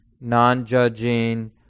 non-judging